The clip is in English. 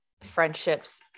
friendships